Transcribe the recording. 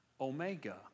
omega